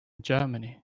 germany